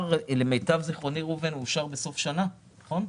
למיטב זכרוני, ראובן, הוא אושר בסוף שנה, נכון?